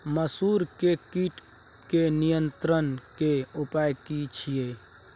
मसूर के कीट के नियंत्रण के उपाय की छिये?